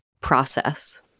process